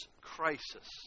crisis